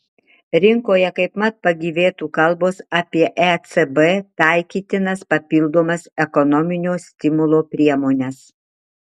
rinkoje kaip mat pagyvėtų kalbos apie ecb taikytinas papildomas ekonominio stimulo priemones